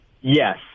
Yes